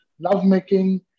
lovemaking